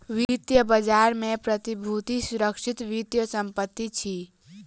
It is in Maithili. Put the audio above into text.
वित्तीय बजार में प्रतिभूति सुरक्षित वित्तीय संपत्ति अछि